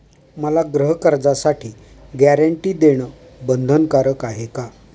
मला गृहकर्जासाठी गॅरंटी देणं बंधनकारक आहे का?